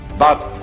but